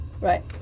Right